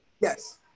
Yes